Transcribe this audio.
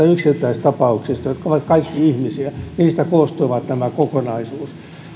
yksittäistapauksista jotka ovat kaikki ihmisiä koostuu tämä kokonaisuus